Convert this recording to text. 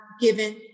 given